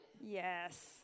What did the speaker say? Yes